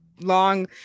long